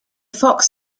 fox